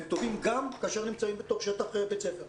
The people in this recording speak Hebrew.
הם טובים גם כאשר נמצאים בתוך שטח בית הספר.